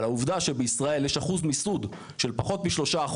אבל העובדה שבישראל יש אחוז מיסוד של פחות מ-3%,